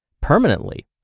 permanently